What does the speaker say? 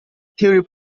theory